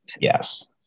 Yes